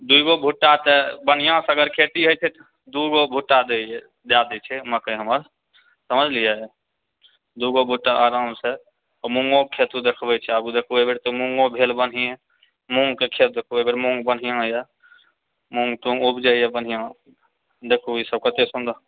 दुइगो भुट्टा तऽ बढ़िआँसँ अगर खेती होइत छै दुगो भुट्टा दै है दए दैत छै मकै हमर समझलियै दुगो भुट्टा आरामसँ मूँगोके खेत देखबैत छी आबु देखु एहिबेर तऽ मूँगो भेल बढ़िए मूँगके खेत देखु एहिबेर मूँग बढ़िआँ यऽ मूँग तूँग उपजैय बढ़िआँ देखु ईसभ कतय सुन्दर